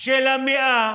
של המאה,